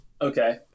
okay